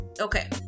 Okay